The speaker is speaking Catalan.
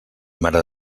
mare